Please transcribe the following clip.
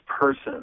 person